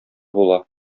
була